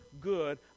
good